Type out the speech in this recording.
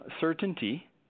certainty